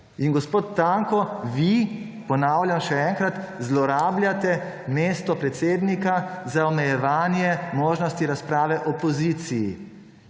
Gospod Tanko vi, ponavljam še enkrat, zlorabljate mesto podpredsednika za omejevanje možnosti razprave opoziciji.